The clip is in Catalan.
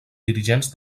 dirigents